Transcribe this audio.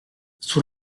sous